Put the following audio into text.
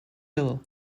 hill